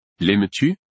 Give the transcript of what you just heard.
L'aimes-tu